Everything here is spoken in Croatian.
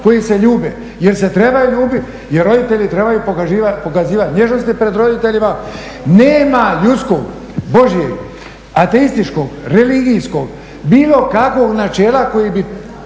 koji se ljube, jer se trebaju ljubiti, jer roditelji trebaju pokazivati nježnosti pred djecom. Nema ljudskog, božjeg, ateističkog, religijskog bilo kakvog načela koji bi